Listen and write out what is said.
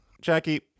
Jackie